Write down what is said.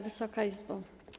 Wysoka Izbo!